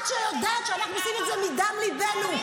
את, שיודעת שאנחנו עושים את זה מדם ליבנו.